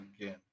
again